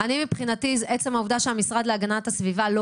מבחינתי עצם העובדה שהמשרד להגנת הסביבה לא